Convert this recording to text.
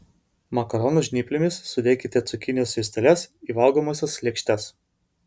makaronų žnyplėmis sudėkite cukinijos juosteles į valgomąsias lėkštes